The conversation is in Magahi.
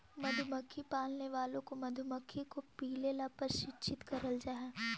मधुमक्खी पालने वालों को मधुमक्खी को पीले ला प्रशिक्षित करल जा हई